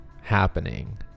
happening